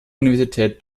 universität